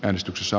äänestyksessä